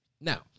Now